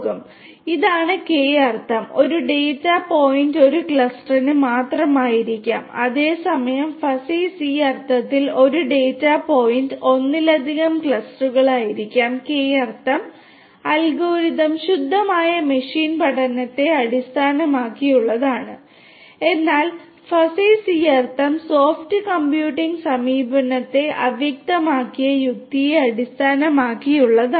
അതിനാൽ ഇതാണ് കെ അർത്ഥം ഒരു ഡാറ്റാ പോയിന്റ് ഒരു ക്ലസ്റ്ററിന് മാത്രമായിരിക്കാം അതേസമയം ഫസി സി അർത്ഥത്തിൽ ഒരു ഡാറ്റ പോയിന്റ് ഒന്നിലധികം ക്ലസ്റ്ററുകളായിരിക്കാം കെ അർത്ഥം അൽഗോരിതം ശുദ്ധമായ മെഷീൻ പഠനത്തെ അടിസ്ഥാനമാക്കിയുള്ളതാണ് എന്നാൽ ഫസി സി അർത്ഥം സോഫ്റ്റ് കമ്പ്യൂട്ടിംഗ് സമീപനത്തെ അവ്യക്തമായ യുക്തിയെ അടിസ്ഥാനമാക്കിയുള്ളതാണ്